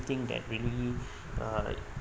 think that really uh